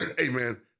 Amen